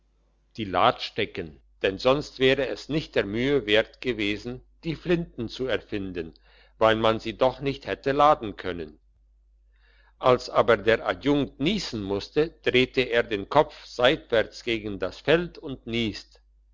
die ladstecken denn sonst wäre es nicht der mühe wert gewesen die flinten zu erfinden weil man sie doch nicht hätte laden können als aber der adjunkt niessen musste drehte er den kopf seitwärts gegen das feld und niesst